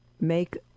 make